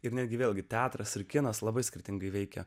ir netgi vėlgi teatras ir kinas labai skirtingai veikia